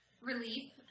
Relief